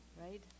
right